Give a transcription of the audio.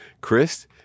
Chris